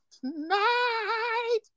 Tonight